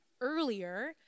earlier